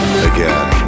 again